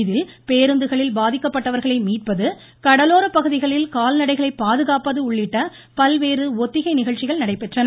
இதில் பேருந்துகளில் பாதிக்கப்பட்டவர்களை மீட்பது கடலோரப் பகுதிகளில் கால்நடைகளை பாதுகாப்பது உள்ளிட்ட பல்வேறு ஒத்திகை நிகழ்ச்சிகள் நடைபெற்றது